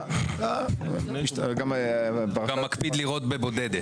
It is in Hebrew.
אתה מקפיד לירות בבודדת.